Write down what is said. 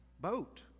boat